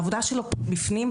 העבודה שלו בפנים,